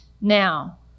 now